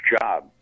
job